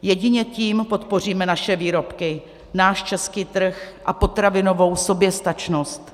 Jedině tím podpoříme naše výrobky, náš český trh a potravinovou soběstačnost.